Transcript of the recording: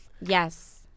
Yes